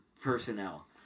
personnel